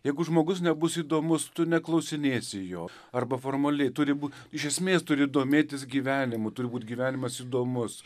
jeigu žmogus nebus įdomus tu neklausinėsi jo arba formaliai turi būt iš esmės turi domėtis gyvenimu turi būti gyvenimas įdomus